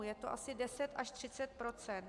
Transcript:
Je to asi 10 až 30 %.